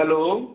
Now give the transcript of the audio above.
hello